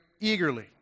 eagerly